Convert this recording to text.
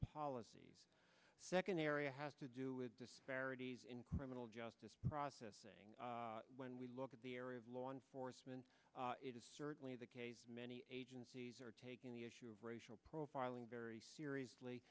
policies second area has to do with disparities in criminal justice process saying when we look at the area of law enforcement it is certainly the case many agencies are taking the issue of racial profiling very seriously